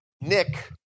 Nick